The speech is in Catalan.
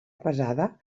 pesada